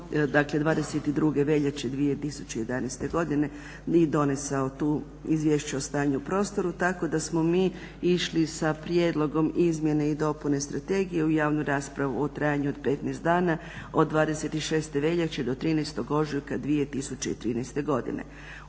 na 22.veljače 2011.godine i donesao tu izvješće o stanju u prostoru tako da smo mi išli sa prijedlogom izmjene i dopune strategije u javnu raspravu u trajanju od 15 dana od 26.veljače do 13.ožujka 2013.godine.